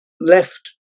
left